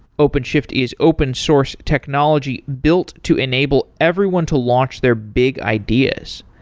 openshift is open source technology built to enable everyone to launch their big ideas.